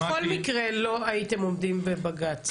בכל מקרה לא הייתם עומדים בבג"צ.